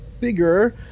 bigger